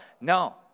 no